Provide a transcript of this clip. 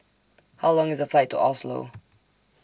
How Long IS The Flight to Oslo